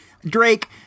Drake